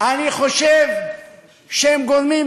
חברי אקוניס, אני מאוד שמח,